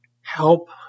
help